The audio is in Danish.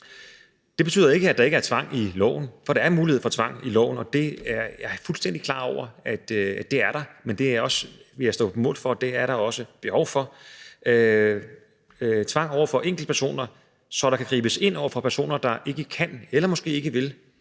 Det betyder ikke, at der ikke er tvang i loven, for der er mulighed for tvang i loven. Jeg er fuldstændig klar over, at det er der, men der er, og det vil jeg stå på mål for, også behov for tvang over for enkeltpersoner, så der kan gribes ind over for personer, der ikke kan eller måske ikke vil